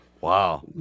wow